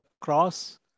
cross